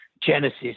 Genesis